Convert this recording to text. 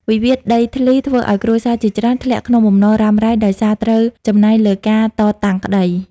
វិវាទដីធ្លីធ្វើឱ្យគ្រួសារជាច្រើនធ្លាក់ក្នុងបំណុលរ៉ាំរ៉ៃ ដោយសារត្រូវចំណាយលើការតតាំងក្ដី។